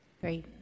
Great